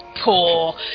poor